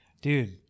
dude